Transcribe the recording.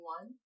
One